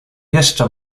jeszcze